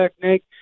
technique